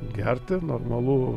gerti normalu